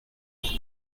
pour